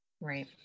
right